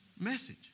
message